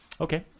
Okay